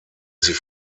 sie